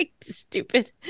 stupid